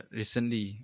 recently